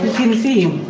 can see